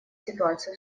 ситуацию